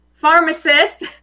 Pharmacist